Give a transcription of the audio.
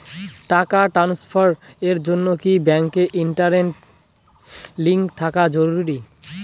টাকা ট্রানস্ফারস এর জন্য কি ব্যাংকে ইন্টারনেট লিংঙ্ক থাকা জরুরি?